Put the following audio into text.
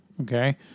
okay